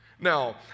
Now